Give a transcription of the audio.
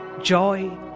joy